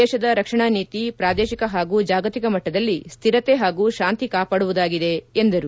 ದೇಶದ ರಕ್ಷಣಾ ನೀತಿ ಪ್ರಾದೇಶಿಕ ಹಾಗೂ ಜಾಗತಿಕ ಮಟ್ಟದಲ್ಲಿ ಸ್ವಿರತೆ ಹಾಗೂ ಶಾಂತಿ ಕಾಪಾಡುವುದಾಗಿದೆ ಎಂದರು